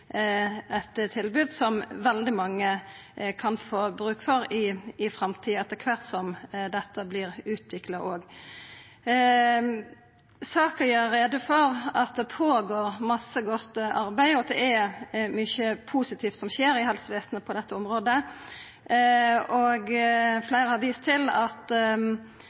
eit tilbod som veldig mange kan få bruk for i framtida etter kvart som det vert utvikla. Saka gjer greie for at det skjer mykje godt arbeid, og at det er mykje positivt som skjer i helsevesenet på dette området. Fleire har vist til at